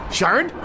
Sharon